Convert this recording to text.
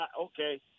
Okay